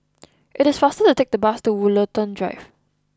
it is faster to take the bus to Woollerton Drive